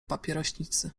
papierośnicy